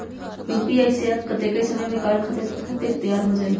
UPI app कतेइक समय मे कार्य करे खातीर तैयार हो जाई?